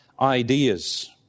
ideas